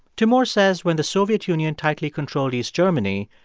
timur says when the soviet union tightly controlled east germany,